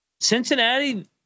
Cincinnati